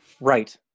Right